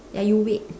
ya you wait